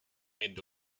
made